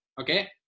Okay